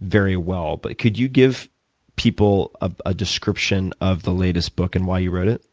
very well. but could you give people ah a description of the latest book and why you wrote it?